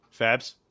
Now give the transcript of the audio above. Fabs